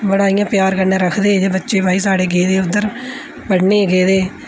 बड़ा इ'यां प्यार कन्नै रखदे हे बच्चे बाई साढ़े गे दे उद्धर पढ़ने गी गेदे